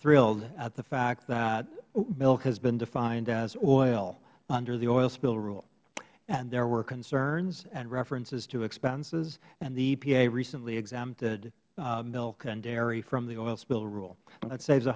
thrilled at the fact that milk has been defined as oil under the oil spill rule and there were concerns and references to expenses and the epa recently exempted milk and dairy from the oil spill rule that saves